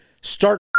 start